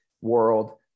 world